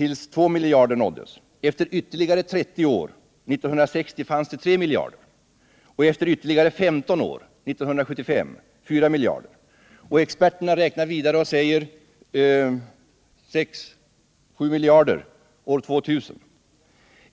fanns det 2 miljarder. Efter ytterligare 30 år, 1960, fanns det 3 miljarder. Efter ytterligare 15 år, 1975, fanns det 4 miljarder. Experterna räknar vidare och säger att vi blir 6-7 miljarder år 2000.